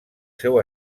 seu